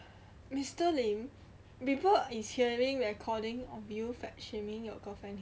mister lim people is hearing recording of you fat shaming your girlfriend here